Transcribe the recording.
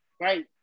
right